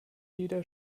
jeder